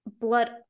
blood